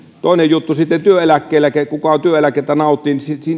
toinen juttu ovat sitten työeläkkeet kuka työeläkettä nauttii